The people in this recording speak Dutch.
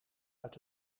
uit